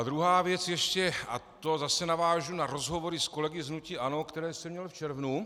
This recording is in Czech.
Druhá věc ještě, a to zase navážu na rozhovory s kolegy z hnutí ANO, které jsem měl v červnu.